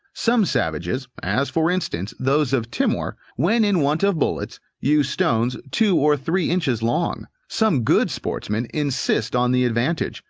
some savages as, for instance, those of timor when in want of bullets, use stones two or three inches long. some good sportsmen insist on the advantage,